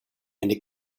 eine